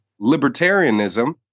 libertarianism